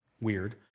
weird